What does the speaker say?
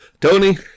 Tony